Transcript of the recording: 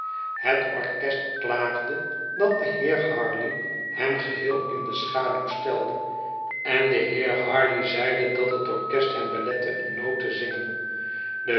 het orkest klaagde dat de heer harleigh hem geheel in de schaduw stelde en de heer harleigh zeide dat het orkest hem belette een noot te zingen de